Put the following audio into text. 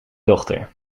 dochter